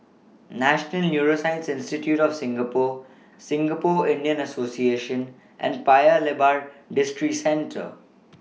National Neuroscience Institute of Singapore Singapore Indian Association and Paya Lebar Districentre